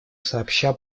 сообща